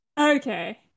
Okay